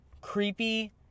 creepy